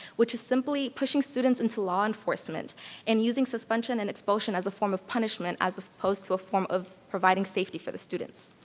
which is simply pushing students into law enforcement and using suspension and expulsion as a form of punishment as opposed to a form of providing safety for the students.